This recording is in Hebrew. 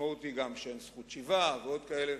המשמעות היא שאין זכות שיבה ועוד כאלה